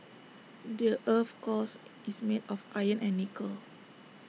the Earth's cores is made of iron and nickel